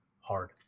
hard